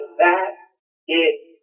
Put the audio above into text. that-it